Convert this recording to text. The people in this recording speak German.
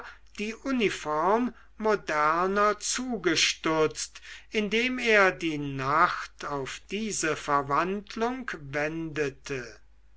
die uniform moderner zugestutzt indem er die nacht auf diese verwandlung wendete